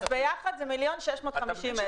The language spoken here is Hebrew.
ביחד זה מיליון ו-650,000.